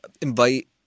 Invite